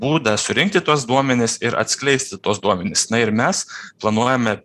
būdą surinkti tuos duomenis ir atskleisti tuos duomenis na ir mes planuojame